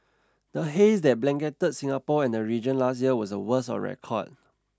the haze that blanketed Singapore and region last year was the worst on record